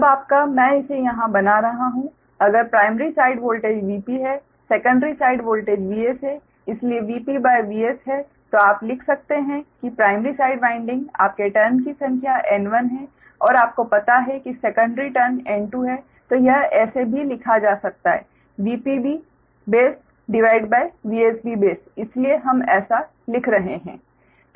तब आपका मैं इसे यहाँ बना रहा हूँ अगर प्राइमरी साइड वोल्टेज Vp है सेकेंडरी साइड वोल्टेज Vs है इसलिए VpVs है तो आप लिख सकते हैं कि प्राइमरी साइड वाइंडिंग आपके टर्न की संख्या N1 है और आपको पता है कि सेकेंडरी टर्न N2 है तो यह ऐसे भी लिखा जा सकता है VpB baseVsB base इसीलिए हम एसा लिख रहे हैं